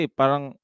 parang